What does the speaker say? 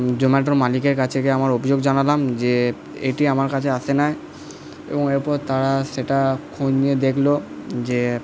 জোম্যাটোর মালিকের কাছে গিয়ে আমার অভিযোগ জানালাম যে এটি আমার কাছে আসে নাই এবং এরপর তারা সেটা খোঁজ নিয়ে দেখলো যে